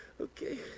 Okay